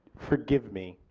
forgive me.